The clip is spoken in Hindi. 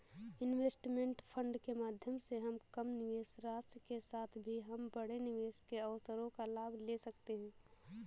इनवेस्टमेंट फंड के माध्यम से हम कम निवेश राशि के साथ भी हम बड़े निवेश के अवसरों का लाभ ले सकते हैं